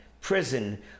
prison